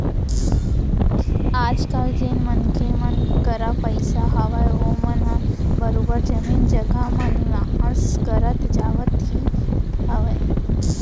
आजकल जेन मनसे मन करा पइसा हावय ओमन ह बरोबर जमीन जघा म निवेस करत जावत ही हावय